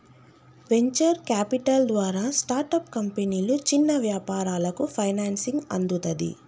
venture capital ద్వారా startup కంపెనీలు, చిన్న వ్యాపారాలకు ఫైనాన్సింగ్ అందుతది